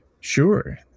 Sure